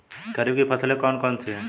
खरीफ की फसलें कौन कौन सी हैं?